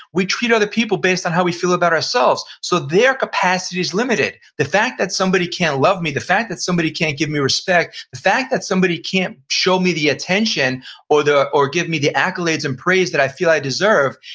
we treat other people based on how we feel about ourselves so their capacity's limited. the fact that somebody can't love me, the fact that somebody can't give me respect, the fact that somebody can't show me the attention or give me the accolades and praise that i feel i deserve,